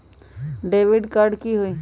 Debit card की होई?